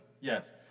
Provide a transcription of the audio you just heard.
Yes